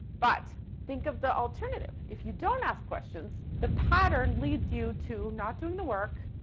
but think of the alternative. if you don't ask questions, the pattern leads you to not doing the work,